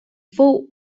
fou